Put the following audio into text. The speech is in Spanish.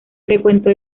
frecuentó